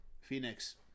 Phoenix